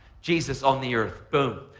jesus on the earth. boom.